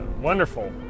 wonderful